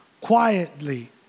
quietly